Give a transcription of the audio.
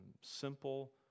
simple